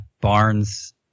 Barnes